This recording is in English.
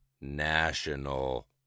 National